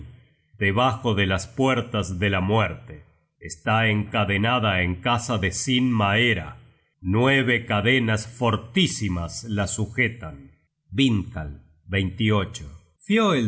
debajo de las puertas de la muerte está encadenada en casa de sin maera nueve cadenas fortísimas la sujetan